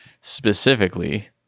specifically